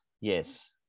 Yes